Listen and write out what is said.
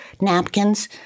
napkins